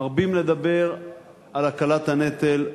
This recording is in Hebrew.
מרבים לדבר על הקלת הנטל.